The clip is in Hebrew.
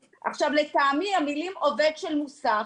עכשיו, לטעמי המילים "עובד של מוסך"